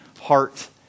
heart